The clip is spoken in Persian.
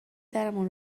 درمون